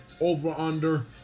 over-under